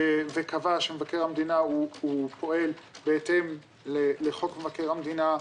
וקבע שמבקר המדינה הוא פועל בהתאם לחוק מבקר המדינה.